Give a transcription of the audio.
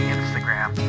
Instagram